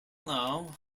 know